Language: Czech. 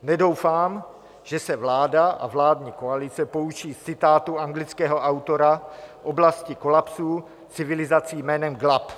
Nedoufám, že se vláda a vládní koalice poučí z citátu anglického autora v oblasti kolapsů civilizací jménem Glubb.